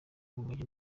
urumogi